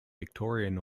victorian